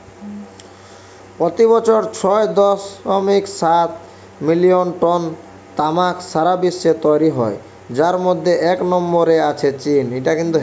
পোতি বছর ছয় দশমিক সাত মিলিয়ন টন তামাক সারা বিশ্বে তৈরি হয় যার মধ্যে এক নম্বরে আছে চীন